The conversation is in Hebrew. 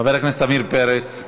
חבר הכנסת עמיר פרץ,